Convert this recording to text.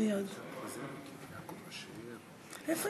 גברתי היושבת בראש, גברתי השרה, אדוני